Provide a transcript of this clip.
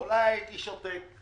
אולי הייתי שותק.